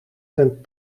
ten